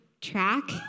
track